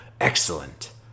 Excellent